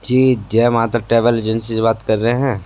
जी Jai Mata travel agency से बात कर रहे हैं